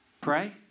Pray